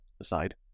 aside